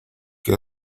que